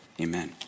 amen